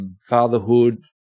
fatherhood